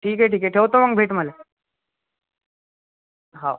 ठीक आहे ठीक आहे ठेवतो मग भेट मला हो